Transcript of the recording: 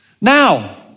Now